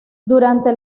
durante